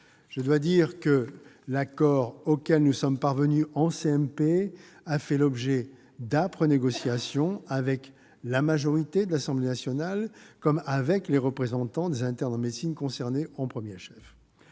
Je dois dire que l'accord auquel nous sommes parvenus en CMP a fait l'objet d'âpres négociations avec la majorité de l'Assemblée nationale comme avec les représentants des internes en médecine, concernés au premier chef.